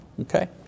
Okay